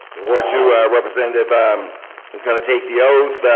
the ward two representative um is going to take the oath.